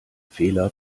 fehler